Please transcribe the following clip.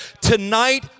Tonight